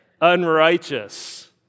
unrighteous